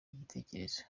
igitekerezo